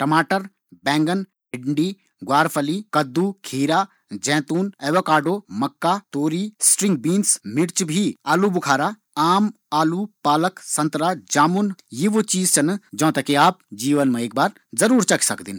टमाटर बैगन भिंडी ग्वारफ़ली कद्दू खीरा जैतून एवकाडो मक्का तोरी आलू बुखारा आम आलू पालक यी उ चीज छन जौ ते कि आपा जीवन मा एक बार जरूर चखोंन।